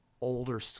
Older